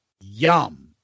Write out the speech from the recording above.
yum